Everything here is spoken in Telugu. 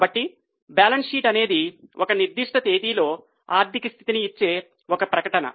కాబట్టి బ్యాలెన్స్ షీట్ అనేది ఒక నిర్దిష్ట తేదీలో ఆర్థిక స్థితిని ఇచ్చే ఒక ప్రకటన